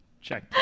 Check